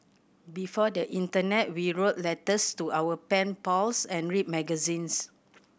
before the internet we wrote letters to our pen pals and read magazines